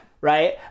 Right